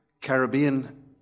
Caribbean